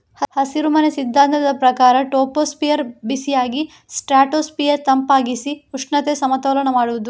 ಹಸಿರುಮನೆ ಸಿದ್ಧಾಂತದ ಪ್ರಕಾರ ಟ್ರೋಪೋಸ್ಫಿಯರ್ ಬಿಸಿಯಾಗಿಸಿ ಸ್ಟ್ರಾಟೋಸ್ಫಿಯರ್ ತಂಪಾಗಿಸಿ ಉಷ್ಣತೆ ಸಮತೋಲನ ಮಾಡುದು